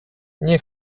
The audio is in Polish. nie